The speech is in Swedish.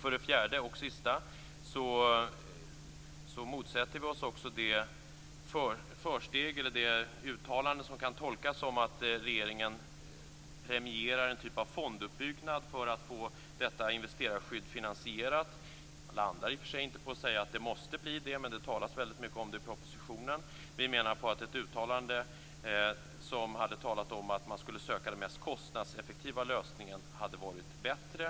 För det fjärde motsätter vi oss det uttalande som kan tolkas som att regeringen premierar en typ av fonduppbyggnad för att få detta investerarskydd finansierat. Man landar i och för sig inte i att det måste bli så men det talas väldigt mycket om det i propositionen. Vi menar att ett uttalande om att söka den mest kostnadseffektiva lösningen skulle ha varit bättre.